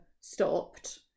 stopped